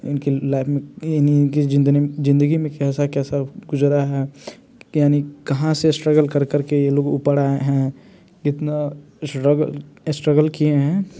इनकी लाइफ में इन्हीं के जिनदे ज़िंदगी में कैसा कैसा गुज़रा है यानी कहाँ से स्ट्रगल कर कर के ये लोग ऊपर आए हैं कितना श्रगल स्ट्रगल किए हैं